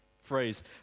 phrase